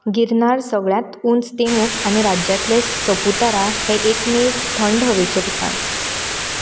गिरनार सगळ्यांत ऊंच तेमूक आनी राज्यांतलें सपुतारा हें एकमेव थंड हवेचें ठिकाण